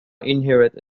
inherited